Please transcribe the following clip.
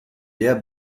der